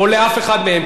או לאף אחד מהם?